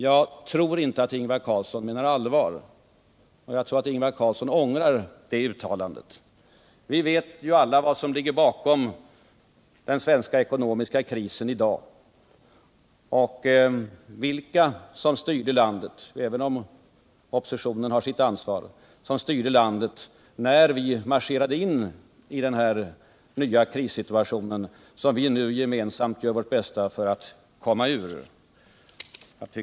— Jag tror inte att Ingvar Carlsson menar allvar, och jag tror att han ångrar det uttalandet. Vi vet alla vad som ligger bakom den svenska ekonomiska krisen i dag och vilka som styrde landet — även om oppositionen har sitt ansvar — när vi marscherade in i den krissituation som vi nu gemensamt gör vårt bästa för att komma ur.